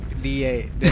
D-A